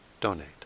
donate